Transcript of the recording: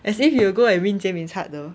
as if you will go and win jie min's heart though